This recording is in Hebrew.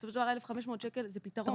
בסופו של דבר ה-1,500 שקלים זה פתרון.